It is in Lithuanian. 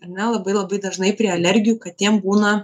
ar ne labai labai dažnai prie alergijų katėm būna